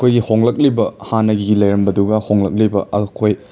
ꯑꯩꯈꯣꯏꯒꯤ ꯍꯣꯡꯂꯛꯂꯤꯕ ꯍꯥꯟꯅꯒꯤ ꯂꯩꯔꯝꯕꯗꯨꯒ ꯍꯣꯡꯂꯛꯂꯤꯕ ꯑꯩꯈꯣꯏ